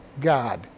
God